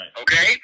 Okay